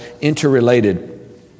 interrelated